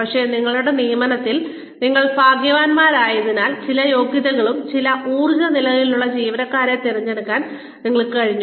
പക്ഷേ നിങ്ങളുടെ നിയമനത്തിൽ നിങ്ങൾ ഭാഗ്യവാനായതിനാൽ ചില യോഗ്യതകളും ചില ഊർജ്ജ നിലകളുമുള്ള ജീവനക്കാരെ തിരഞ്ഞെടുക്കാൻ നിങ്ങൾക്ക് കഴിഞ്ഞു